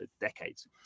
decades